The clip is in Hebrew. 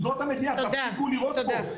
תפסיקו לירות פה.